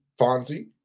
Fonzie